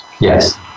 Yes